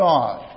God